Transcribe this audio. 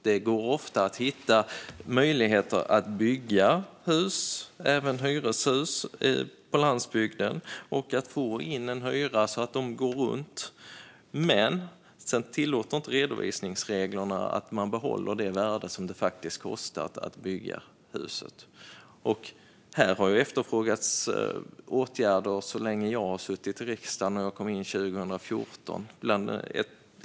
Det går ofta att hitta möjligheter att bygga hus och även hyreshus på landsbygden och att få in en hyra så att det går runt. Men sedan tillåter inte redovisningsreglerna att man behåller det värde som det faktiskt kostar att bygga huset. Här har efterfrågats åtgärder så länge jag har suttit i riksdagen. Jag kom in 2014.